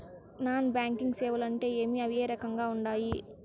non banking సేవలు అంటే ఏమి అవి ఏ రకంగా ఉండాయి